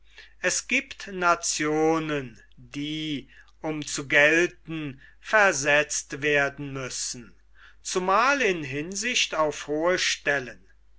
es giebt nationen die um zu gelten versetzt werden müssen zumal in hinsicht auf hohe stellen